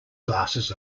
glasses